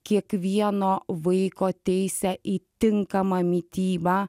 kiekvieno vaiko teisę į tinkamą mitybą